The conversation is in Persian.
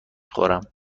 خورم